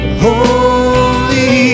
holy